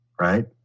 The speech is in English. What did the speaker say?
Right